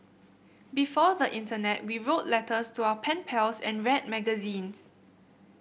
before the internet we wrote letters to our pen pals and read magazines